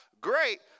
great